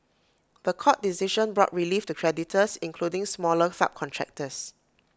The Court decision brought relief to creditors including smaller subcontractors